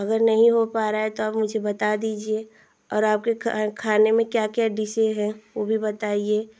अगर नहीं हो पा रहा है तो आप मुझे बता दीजिए और आपके खाने में क्या क्या डिशेज हैं वह भी बताइए